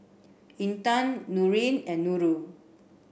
Intan Nurin and Nurul